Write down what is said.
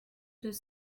deux